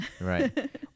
Right